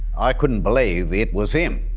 i couldn't believe it was him.